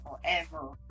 forever